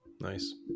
Nice